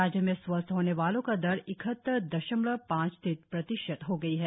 राज्य में स्वस्थ होने वालों का दर इकहत्तर दशमलव पांच तीन प्रतिशत हो गई है